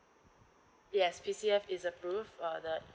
yes PCF is approved for the